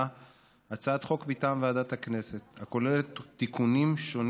הצעת חוק הכנסת (תיקון מס' 46),